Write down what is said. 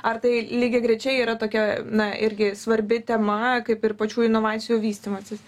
ar tai lygiagrečiai yra tokia na irgi svarbi tema kaip ir pačių inovacijų vystymasis